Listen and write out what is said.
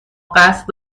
قصد